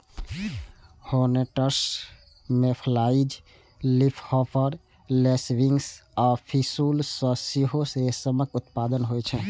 hornets, mayflies, leafhopper, lacewings आ पिस्सू सं सेहो रेशमक उत्पादन होइ छै